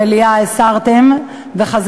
חברת הכנסת גמליאל, עכשיו ברור